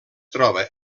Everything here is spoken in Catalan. troba